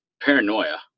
paranoia